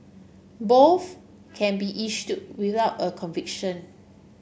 both can be issued without a conviction